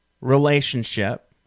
relationship